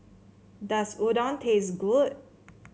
does Udon taste good